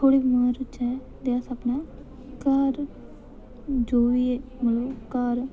अस अपने घर मतलब जो एह् ऐ घर